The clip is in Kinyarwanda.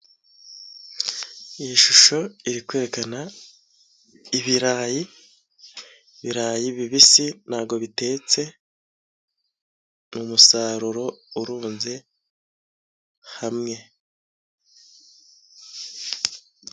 Iyi shusho iri kwerekana ibirayi, ibirayi bibisi ntago bitetse, ni umusaruro urunze hamwe.